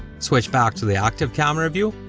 switch back to the active camera view,